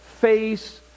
face